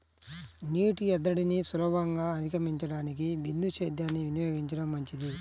నీటి ఎద్దడిని సులభంగా అధిగమించడానికి బిందు సేద్యాన్ని వినియోగించడం మంచిది